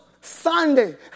Sunday